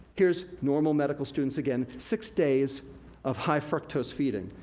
here's normal medical students, again, six days of high fructose feeding.